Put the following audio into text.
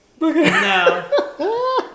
No